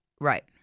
Right